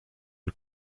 une